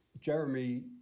Jeremy